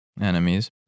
enemies